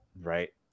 right